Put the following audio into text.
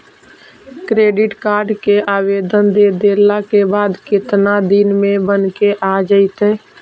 Credit card के आवेदन दे देला के बाद केतना दिन में बनके आ जइतै?